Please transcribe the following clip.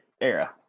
era